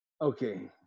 Okay